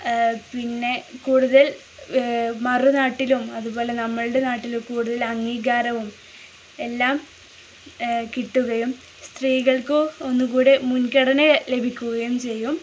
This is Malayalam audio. പിന്നെ കൂടുതൽ മറുനാട്ടിലും അതുപോലെ നമ്മളുടെ നാട്ടിലും കൂടുതൽ അംഗീകാരവും എല്ലാം കിട്ടുകയും സ്ത്രീകൾക്ക് ഒന്നുകൂടെ മുൻഗണന ലഭിക്കുകയും ചെയ്യും